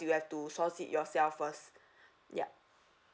you have to source it yourself first ya